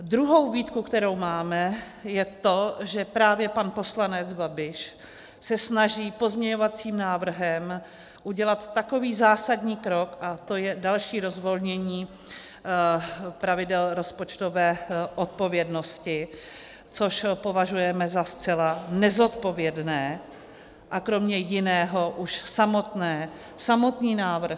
Druhá výtka, kterou máme, je to, že právě pan poslanec Babiš se snaží pozměňovacím návrhem udělat takový zásadní krok, a to je další rozvolnění pravidel rozpočtové odpovědnosti, což považujeme za zcela nezodpovědné, a kromě jiného už samotný návrh...